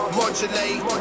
modulate